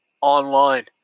online